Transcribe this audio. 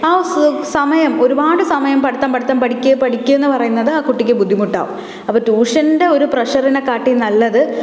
ആ സമയം ഒരുപാട് സമയം പഠിത്തം പഠിത്തം പഠിക്ക് പഠിക്ക് എന്ന് പറയുന്നത് ആ കുട്ടിക്ക് ബുദ്ധിമുട്ടാവും അപ്പം ട്യൂഷൻ്റെ ഒരു പ്രഷറിനേകാട്ടിയും നല്ലത്